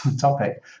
topic